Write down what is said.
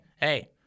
hey